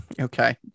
Okay